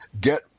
get